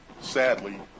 Sadly